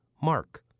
Mark